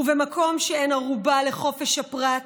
ובמקום שאין ערובה לחופש הפרט,